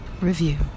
review